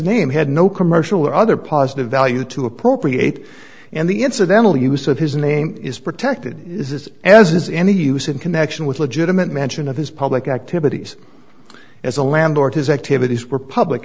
name had no commercial or other positive value to appropriate and the incidental use of his name is protected is as is any use in connection with legitimate mention of his public activities as a landlord his activities were public